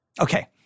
Okay